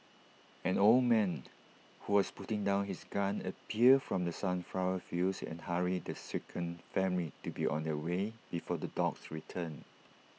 an old man who was putting down his gun appeared from the sunflower fields and hurried the shaken family to be on their way before the dogs return